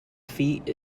feet